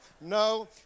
no